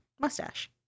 Mustache